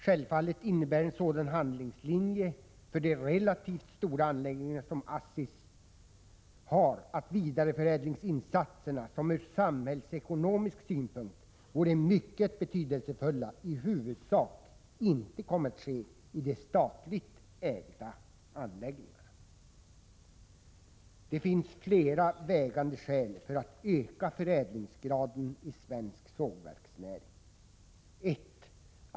Självfallet innebär en sådan handlingslinje för de relativt stora anläggningar som ASSI har att vidareförädlingsinsatserna, som ur samhällsekonomisk synpunkt vore mycket betydelsefulla, i huvudsak inte kommer att ske i det statligt ägda anläggningarna. Det finns flera vägande skäl att öka förädlingsgraden i svensk sågverksnäring: 1.